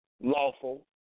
lawful